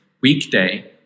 weekday